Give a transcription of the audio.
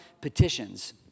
petitions